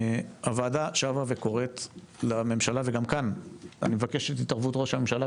הוועדה שבה וקוראת לממשלה וגם כאן אני מבקש את התערבות ראש הממשלה,